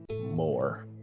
more